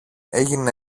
έγινε